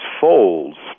folds